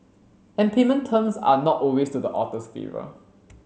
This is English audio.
and payment terms are not always to the author's favour